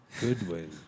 Goodwin